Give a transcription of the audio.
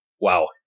wow